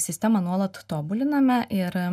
sistemą nuolat tobuliname ir